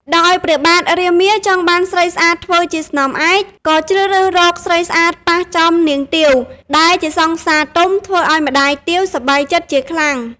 ដោយព្រះបាទរាមាចង់បានស្រីស្អាតធ្វើជាស្នំឯក ក៏ជ្រើសរើសរកស្រីស្អាតប៉ះចំនាងទាវដែលជាសង្សារទុំធ្វើឲ្យម្តាយទាវសប្បាយចិត្តជាខ្លាំង។